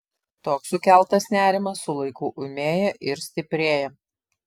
toks sukeltas nerimas su laiku ūmėja ir stiprėja